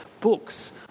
books